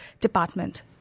department